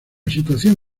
situación